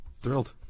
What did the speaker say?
thrilled